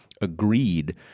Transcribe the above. agreed